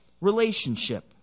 relationship